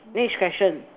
next question